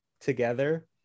together